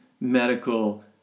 medical